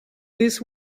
this